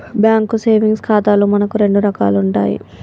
bank savings ఖాతాలు మనకు రెండు రకాలు ఉంటాయి